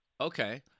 Okay